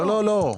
לא, לא, לא.